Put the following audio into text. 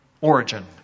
origin